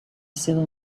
civil